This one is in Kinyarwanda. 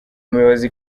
muyobozi